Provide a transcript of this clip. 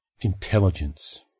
intelligence